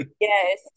yes